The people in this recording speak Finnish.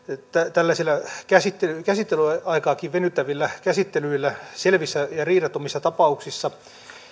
tällaisilla käsittelyaikaakin venyttävillä käsittelyillä selvissä ja riidattomissa tapauksissa